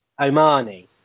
Omani